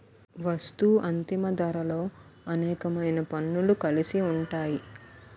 వస్తూ అంతిమ ధరలో అనేకమైన పన్నులు కలిసి ఉంటాయి